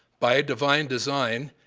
by divine design,